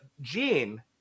Gene